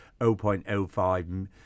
0.05